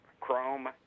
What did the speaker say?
chrome